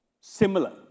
similar